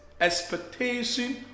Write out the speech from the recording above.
expectation